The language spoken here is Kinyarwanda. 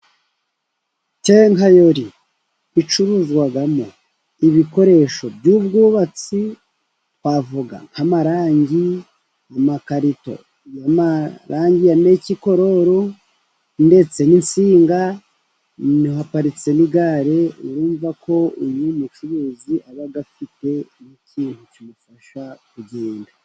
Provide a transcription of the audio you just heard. Kenkayoli icuruzwamo ibikoresho by'ubwubatsi, twavuga nka amarangi, amamakarito y'amarangi ya Amekikoro, ndetse n'intsinga. Haparitse n'igare, wumva ko uyu mucuruzi aba afite ikintu kimufasha kugenda.